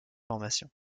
formation